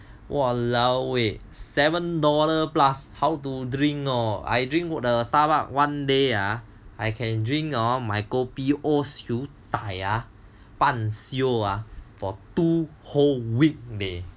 !walao! eh seven dollar plus how to drink I drink the Starbuck one day ah I can drink hor my kopi o siew dai ban siou for two whole week leh